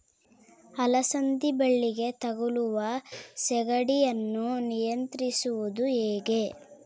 ಅಲಸಂದಿ ಬಳ್ಳಿಗೆ ತಗುಲುವ ಸೇಗಡಿ ಯನ್ನು ನಿಯಂತ್ರಿಸುವುದು ಹೇಗೆ?